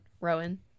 Rowan